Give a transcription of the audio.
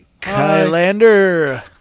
Kylander